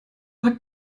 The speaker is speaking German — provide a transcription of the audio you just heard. hat